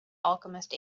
alchemist